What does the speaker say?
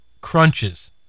crunches